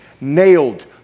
nailed